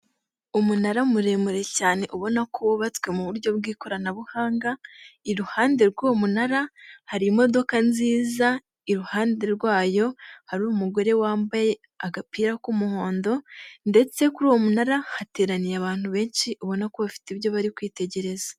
Umunara muremure cyane ubona ko wubatswe mu buryo bw'ikoranabuhanga, iruhande rw'uwo munara, hari imodoka nziza, iruhande rwayo hari umugore wambaye agapira k'umuhondo ndetse kuri uwo munara hateraniye abantu benshi ubona ko bafite ibyo bari kwitegereza.